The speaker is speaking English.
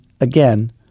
again